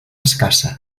escassa